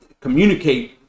communicate –